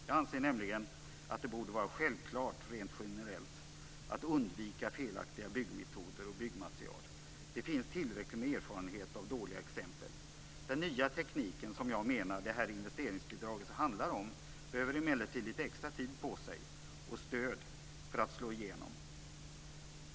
Jag anser nämligen att det rent generellt borde vara självklart att undvika felaktiga byggmetoder och byggmaterial. Det finns tillräckligt med erfarenheter av dåliga exempel. Den nya tekniken, som jag menar att det här investeringsbidraget handlar om, behöver emellertid litet extra tid och stöd för att slå igenom.